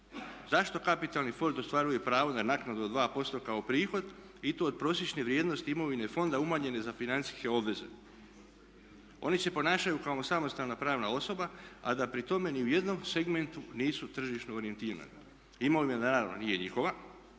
Zašto kapitalni fond ostvaruje pravo na naknadu od 2% kao prihod i to od prosječne vrijednosti imovine fonda umanjene za financijske obveze? Oni se ponašaju kao samostalna pravna osoba a da pritom ni u jednom segmentu nisu tržišno orijentirani? Imovina naravno nije njihova,